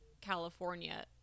California